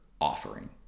offering